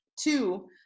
Two